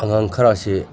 ꯑꯉꯥꯡ ꯈꯔꯁꯤ